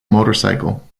motorcycle